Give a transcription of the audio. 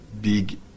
big